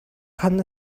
khan